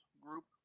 group